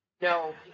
No